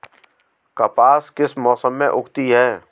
कपास किस मौसम में उगती है?